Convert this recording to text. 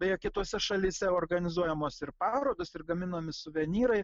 beje kitose šalyse organizuojamos ir parodos ir gaminami suvenyrai